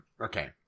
okay